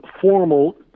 formal